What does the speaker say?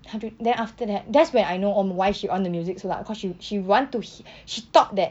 她就 then after that that's when I know um why she on the music so loud because she she want to he~ she thought that